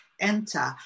enter